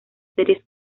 series